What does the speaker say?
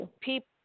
people